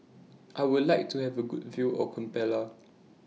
I Would like to Have A Good View of Kampala